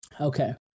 Okay